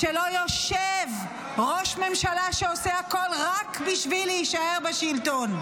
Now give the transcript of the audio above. יושב ראש ממשלה שעושה הכול רק בשביל להישאר בשלטון,